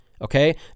Okay